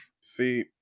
See